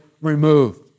removed